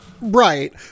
Right